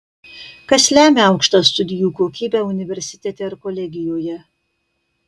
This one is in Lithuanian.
kas lemia aukštą studijų kokybę universitete ar kolegijoje